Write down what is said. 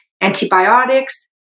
antibiotics